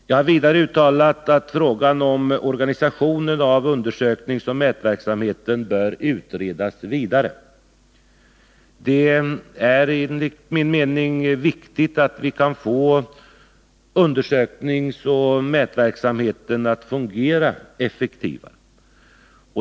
Jag har vidare uttalat att frågan om organisationen av undersökningsoch mätverksamheten bör utredas vidare. Det är enligt min mening viktigt att vi kan få undersökningsoch mätverksamheten att fungera effektivare.